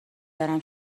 برم